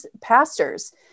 pastors